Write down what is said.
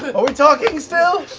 but are we talking still?